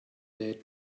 date